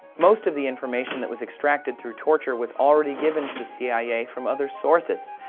most of the information that was extracted through torture was already given to the cia from other sources,